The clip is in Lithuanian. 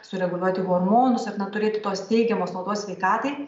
sureguliuoti hormonus ir na turėti tos teigiamos naudos sveikatai